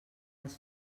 les